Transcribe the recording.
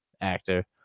actor